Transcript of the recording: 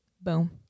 Boom